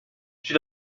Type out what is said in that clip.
she